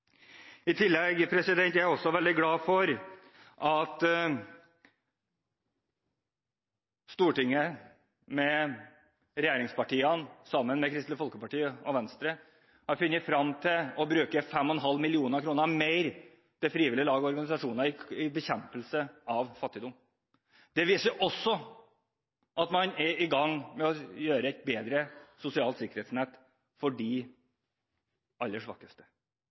I tillegg er jeg også veldig glad for at regjeringspartiene sammen Kristelig Folkeparti og Venstre i Stortinget har blitt enige om å bruke 5,5 mill. kr mer til frivillige lag og organisasjoner til bekjempelse av fattigdom. Dette viser også at man er i gang med å skape et bedre sosialt sikkerhetsnett for de aller svakeste